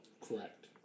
Correct